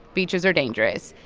beaches are dangerous.